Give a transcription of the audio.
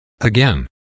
Again